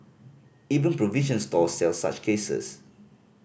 even provision stores sell such cases